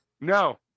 No